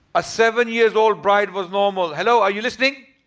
a seven years old bride was normal. hello, are you listening?